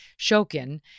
Shokin